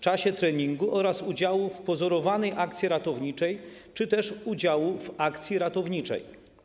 czasie treningu, oraz udziału w pozorowanej akcji ratowniczej czy też udziału w akcji ratowniczej.